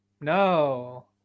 no